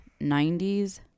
90s